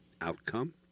Outcome